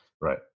Right